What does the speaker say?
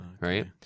right